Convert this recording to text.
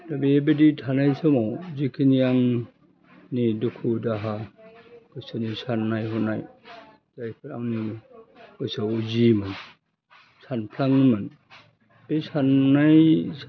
बेबायदि थानाय समाव जिखिनि आं नि दुखु दाहा गोसोनि साननाय हनाय जायफोर आंनि गोसोआव जिमोन सानफ्लाङोमोन बे साननाय